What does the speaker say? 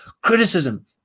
Criticism